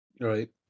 Right